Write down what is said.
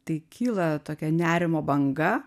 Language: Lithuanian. tai kyla tokia nerimo banga